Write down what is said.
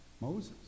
Moses